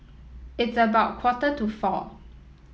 its about quarter to four